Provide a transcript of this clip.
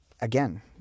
again